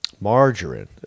Margarine